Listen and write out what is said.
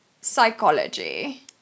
psychology